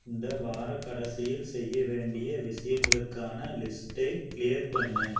இந்த வாரக் கடைசியில் செய்ய வேண்டிய விஷயங்களுக்கான லிஸ்ட்டை க்ளியர் பண்ணு